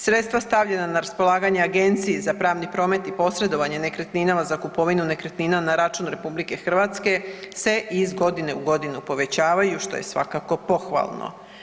Sredstva stavljena na raspolaganje Agenciji za pravni promet i posredovanje nekretninama za kupovinu nekretnina na račun Republike Hrvatske se iz godine u godinu povećavaju što je svakako pohvalno.